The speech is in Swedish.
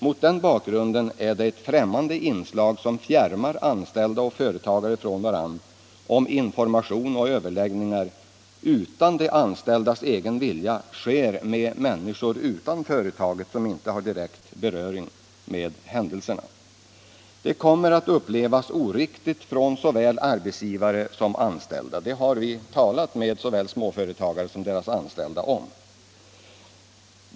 Mot den bakgrunden är det eu frimmande inslag som fjärmar anställda och företagare från varandra, om information och överläggningar utan de anställdas egen vilja sker med människor utanför företaget som inte har direkt beröring med händelserna. Det kommer att upplevas oriktigt av både arbetsgivare och anställda. Det har vi talat med såväl småföretagare som deras anställda om.